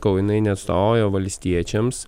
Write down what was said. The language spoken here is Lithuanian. kol jinai neastovauja valstiečiams